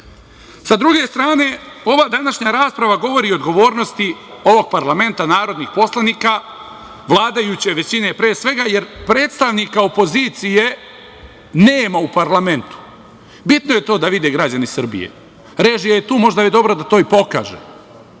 druge strane, ova današnja rasprava govori i o odgovornosti ovog parlamenta, narodnih poslanika, vladajuće većine, pre svega, jer predstavnika opozicije nema u parlamentu. Bitno je to da vide građani Srbije. Režija je tu, možda je dobro da to i pokaže.